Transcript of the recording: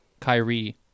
Kyrie